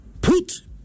put